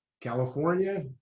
California